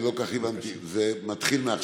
לא כל כך הבנתי, זה מתחיל מעכשיו?